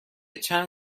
چند